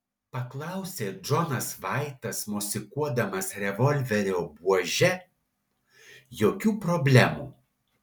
paklausė džonas vaitas mosikuodamas revolverio buože jokių problemų